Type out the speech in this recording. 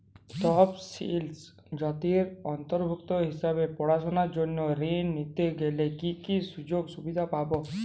তফসিলি জাতির অন্তর্ভুক্ত হিসাবে পড়াশুনার জন্য ঋণ নিতে গেলে কী কী সুযোগ সুবিধে পাব?